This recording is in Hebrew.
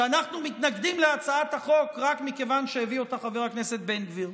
שאנחנו מתנגדים להצעת החוק רק מכיוון שהביא אותה חבר הכנסת בן גביר.